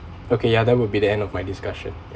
okay ya that would be the end of my discussion